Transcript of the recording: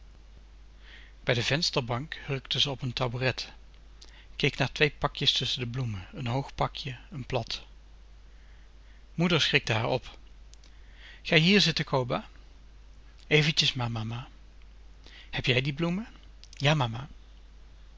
bij de vensterbank hurkte ze op n taboeret keek naar twee pakjes tusschen de bloemen een hoog pakje een plat moeder schrikte haar op ga je hier zitten coba eventjes maar mama heb jij die bloemen ja mama